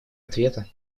ответа